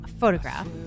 Photograph